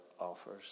offers